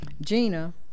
Gina